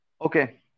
Okay